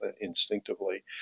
instinctively